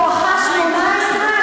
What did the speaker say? בואכה 2018,